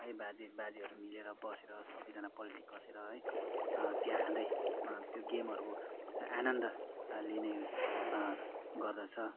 है बाजे बाजेहरू मिलेर बसेर सबैजना पल्टी कसेर है चिया खाँदै त्यो गेमहरू आनन्द लिने गर्दछ